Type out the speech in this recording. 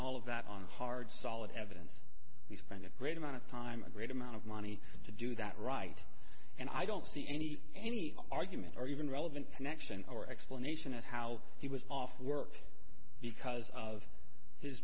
all of that on hard solid evidence he spent a great amount of time a great amount of money to do that right and i don't see any any argument or even relevant connection or explanation as how he was off work because of his